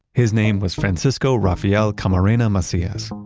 his name was francisco rafael camarena macias,